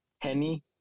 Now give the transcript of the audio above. Henny